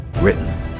Written